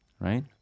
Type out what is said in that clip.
right